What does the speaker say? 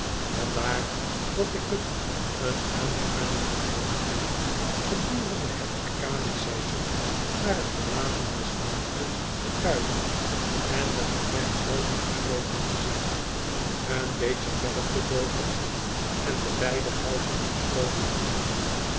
vandaar dat ik t een aangenamen triumf vind gedurende het arcadisch seizoen naar t verlaten westminster te kuieren en de gerechtshoven gesloten te zien een beetje verder te loopen en de beide huizen gesloten te zien